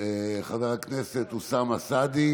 חבר הכנסת אוסאמה סעדי,